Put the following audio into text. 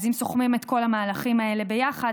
אז אם סוכמים את כל המהלכים האלה יחד,